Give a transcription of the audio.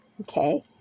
Okay